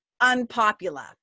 unpopular